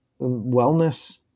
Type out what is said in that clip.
wellness